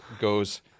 goes